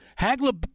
Hagler